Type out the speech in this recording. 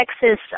Texas